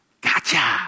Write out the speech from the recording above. Gotcha